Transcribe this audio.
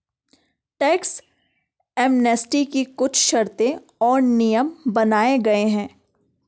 tax amnesty की कुछ शर्तें और नियम बनाये गये हैं